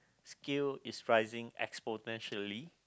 scale is rising exponentially